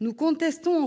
nous contestons